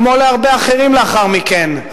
כמו להרבה אחרים לאחר מכן,